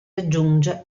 aggiunge